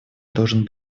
должен